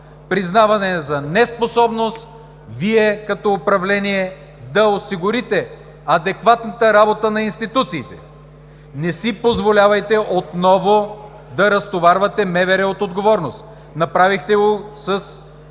признаване за неспособност, Вие, като управление, да осигурите адекватната работа на институциите. Не си позволявайте отново да разтоварвате МВР от отговорност! Направихте го с